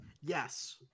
Yes